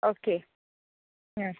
okay